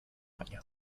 año